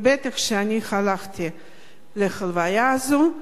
ובטח שאני הלכתי להלוויה הזאת,